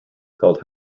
called